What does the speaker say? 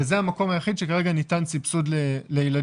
וזה המקום היחיד שכרגע ניתן סבסוד לילדים